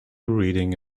reading